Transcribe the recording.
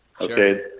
Okay